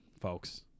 folks